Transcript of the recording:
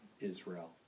Israel